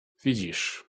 widzisz